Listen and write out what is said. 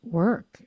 work